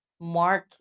mark